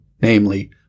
namely